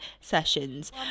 sessions